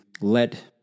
let